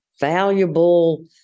valuable